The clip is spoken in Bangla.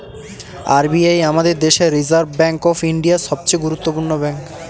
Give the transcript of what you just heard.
আর বি আই আমাদের দেশের রিসার্ভ ব্যাঙ্ক অফ ইন্ডিয়া, সবচে গুরুত্বপূর্ণ ব্যাঙ্ক